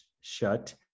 shut